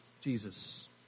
Jesus